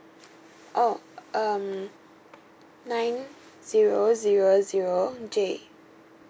oh um nine zero zero zero J